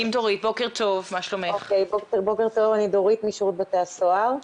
בוקר טוב, אני משירות בתי הסוהר,